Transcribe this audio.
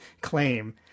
claim